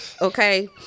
Okay